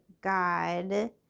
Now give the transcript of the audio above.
god